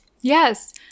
Yes